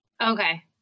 Okay